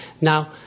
Now